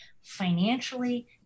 financially